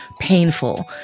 painful